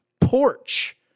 porch